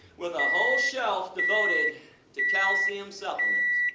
with a whole shelf devoted to calcium supplements.